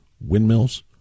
windmills